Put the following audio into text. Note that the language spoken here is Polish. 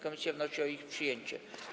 Komisja wnosi o ich przyjęcie.